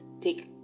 take